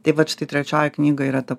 tai vat štai trečioji knyga yra ta